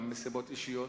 גם מסיבות אישיות,